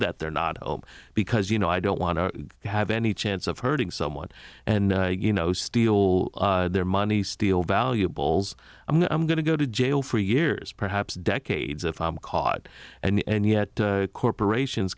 that they're not home because you know i don't want to have any chance of hurting someone and you know steal their money steal valuables i'm going to go to jail for years perhaps decades if i'm caught and the and yet corporations